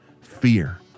Fear